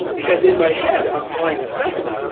because in my head i'm flying a cessna,